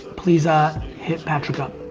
please ah hit patrick up.